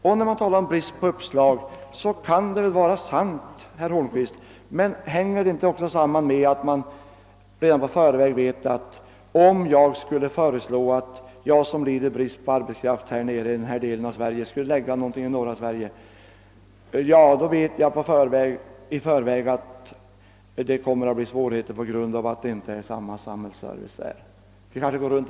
Det må vara sant att vi nu har brist på uppslag, herr Holmqvist, men kan inte det sammanhänga med att den företagare i södra delen av Sverige som lider brist på arbetskraft och därför funderar på att förlägga en industri till norra Sverige redan i förväg vet att han kommer att möta svårigheter, därför att det inte finns samma samhälleliga service i Norrland?